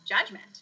judgment